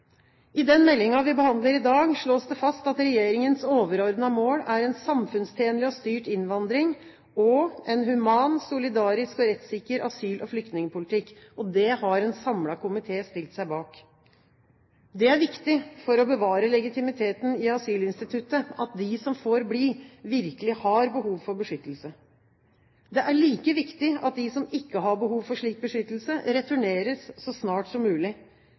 I den meldingen vi behandler i dag, slås det fast at regjeringens overordnede mål er en samfunnstjenlig og styrt innvandring og en human, solidarisk og rettssikker asyl- og flyktningpolitikk. Det har en samlet komité stilt seg bak. Det er viktig for å bevare legitimiteten i asylinstituttet at de som får bli, virkelig har behov for beskyttelse. Det er like viktig at de som ikke har behov for slik beskyttelse, returneres så snart som mulig.